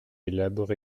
élaboré